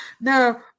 No